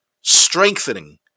strengthening